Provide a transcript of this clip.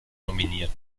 nominiert